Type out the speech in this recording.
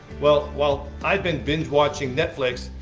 well, while i've been binge watching netflix,